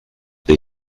they